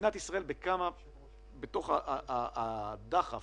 מדינת ישראל מתוך הדחף